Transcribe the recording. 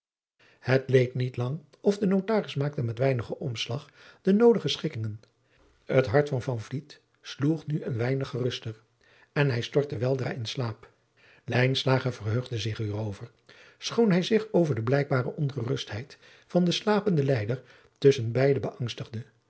het leed niet lang of de notaris maakte met weinig omslag de noodige schikkingen het hart van van vliet sloeg nu een weinig geruster en hij stortte weldra in slaap lijnslager verheugde zich hierover schoon hij zich over de blijkbare ongerustheid van den slapenden lijder tusschen beide beang stigde